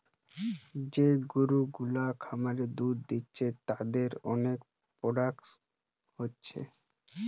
যে গরু গুলা খামারে দুধ দিচ্ছে তাদের অনেক প্রোডাকশন হচ্ছে